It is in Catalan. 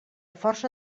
força